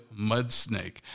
Mudsnake